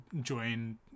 join